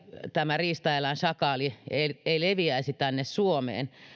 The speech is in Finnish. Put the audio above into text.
tämä riistaeläin sakaali ei ei leviäisi tänne suomeen